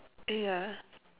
ya